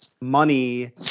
money